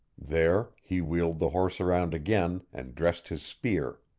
there, he wheeled the horse around again and dressed his spear.